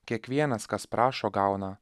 kiekvienas kas prašo gauna